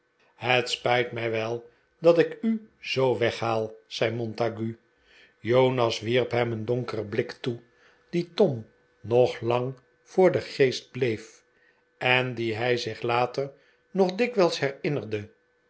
het spijt mij wel dat ik u zoo weghaal zei montague jonas wierp hem een donkeren blik toe die tom nog lang voor den geest bleef en dien hij zich later nog dikwijls herinnerde